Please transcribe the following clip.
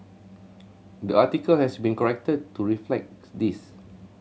the article has been corrected to reflect this